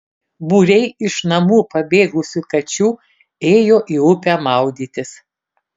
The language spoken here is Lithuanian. būriai iš namų pabėgusių kačių ėjo į upę maudytis